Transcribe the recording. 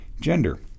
Gender